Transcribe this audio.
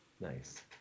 Nice